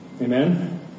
Amen